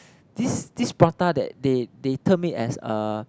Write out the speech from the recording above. this this prata that they they term it as a